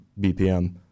bpm